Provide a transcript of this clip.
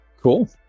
cool